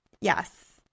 Yes